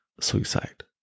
suicide